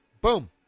Boom